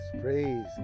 Praise